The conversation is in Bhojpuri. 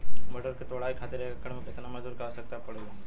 मटर क तोड़ाई खातीर एक एकड़ में कितना मजदूर क आवश्यकता पड़ेला?